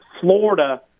Florida